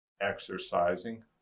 Exercising